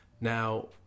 now